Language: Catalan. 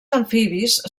amfibis